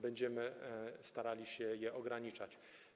Będziemy starali się je ograniczać.